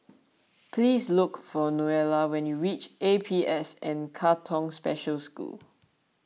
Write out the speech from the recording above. please look for Neola when you reach A P S N Katong Special School